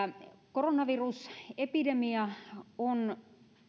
koronavirusepidemia on